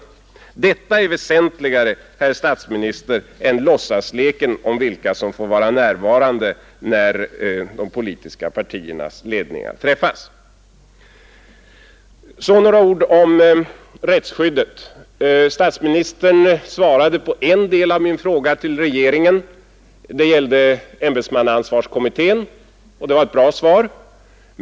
Detta är väsentligare, herr statsministern, än låtsasleken om vilka som får vara närvarande när de politiska partiernas ledningar träffas. Så några ord om rättsskyddet. Statsministern svarade på en del av min fråga till regeringen — det gällde ämbetsmannaansvarskommittén — och det var ett bra svar.